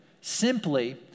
simply